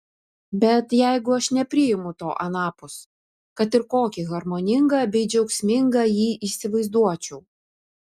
bet jeigu aš nepriimu to anapus kad ir kokį harmoningą bei džiaugsmingą jį įsivaizduočiau